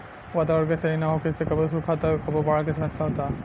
वातावरण के सही ना होखे से कबो सुखा त कबो बाढ़ के समस्या होता